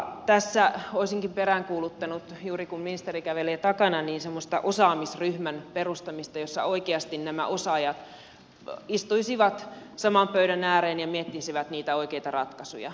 tässä olisinkin peräänkuuluttanut juuri nyt kun ministeri kävelee takana semmoista osaamisryhmän perustamista jossa oikeasti nämä osaajat istuisivat saman pöydän ääreen ja miettisivät niitä oikeita ratkaisuja